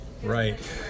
Right